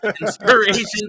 inspirations